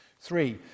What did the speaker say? Three